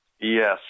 Yes